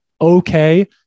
okay